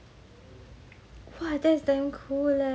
!wah! that is damn cool leh